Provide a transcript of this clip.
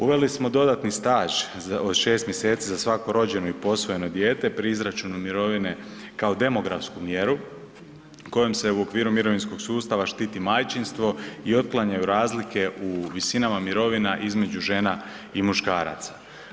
Uveli smo dodatni staž od 6 mjeseci za svako rođeno i posvojeno dijete pri izračunu mirovine kao demografsku mjeru kojom se u okviru mirovinskog sustava štiti majčinstvo i otklanjaju razlike u visinama mirovina između žena i muškaraca.